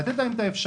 צריך לתת להם אפשרות,